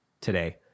today